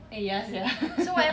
eh ya sia